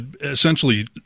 essentially